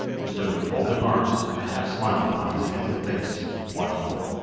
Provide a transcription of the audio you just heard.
who stood with folded arms, a half-smile upon his handsome face, watching them.